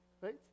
right